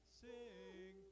sing